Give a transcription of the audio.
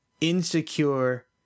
insecure